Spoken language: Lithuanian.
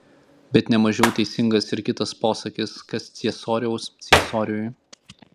bet ne mažiau teisingas ir kitas posakis kas ciesoriaus ciesoriui